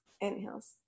inhales